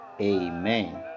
amen